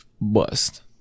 Bust